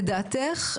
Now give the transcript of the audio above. לדעתך,